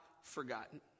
forgotten